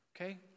Okay